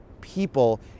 people